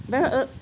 well err